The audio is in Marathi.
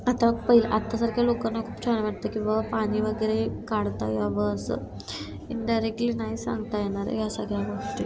आता पहिलं आत्ता सारख्या लोकांना खूप छान वाटतं की बाबा पाणी वगैरे काढता यावं असं इन्डायरेक्टली नाही सांगता येणार या सगळ्या गोष्टी